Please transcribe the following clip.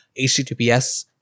HTTPS